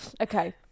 Okay